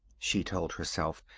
she told herself,